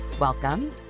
welcome